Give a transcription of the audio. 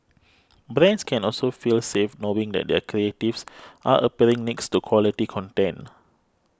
brands can also feel safe knowing that their creatives are appearing next to quality content